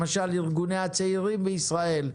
למשל ארגוני הצעירים בישראל,